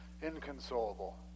inconsolable